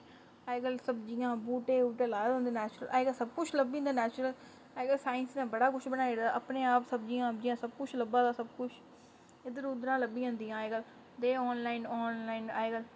अज्जकल सब्जियां बूह्टे शूटे लाए दे होंदे नेचुरल अज्जकल सब कुछ लब्भी जंदा नेचुरल अज्जकल साइंस ने बड़ा कुछ बनाई ओड़े दा अपने आप सब्जियां सब कुछ लब्भा दा सब कुछ इद्धर उद्धरा लब्भी जंदियां अज्जकल ते ऑनलाइन ऑनलाइन अज्जकल